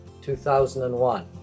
2001